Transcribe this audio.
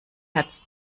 herz